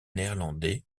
néerlandais